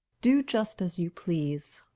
do just as you please.